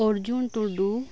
Arjun Tudu